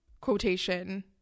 quotation